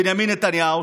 בנימין נתניהו,